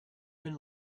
and